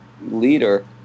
leader